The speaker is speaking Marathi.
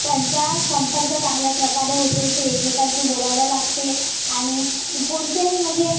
त्यांचा संपर्क चांगल्या प्रकारे होते ते एकमेकांशी बोलायला लागते आणि कोणतेही म्हणजे